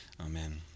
Amen